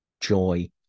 joy